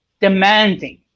demanding